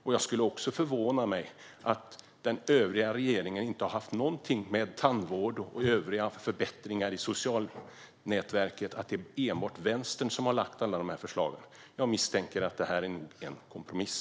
Det skulle också förvåna mig om regeringen inte har haft någonting att göra med förslagen om tandvård och övriga förbättringar av det sociala skyddsnätet utan det enbart är Vänstern som lagt fram alla dessa förslag. Jag misstänker att det är en kompromiss.